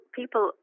people